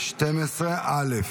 12 א'.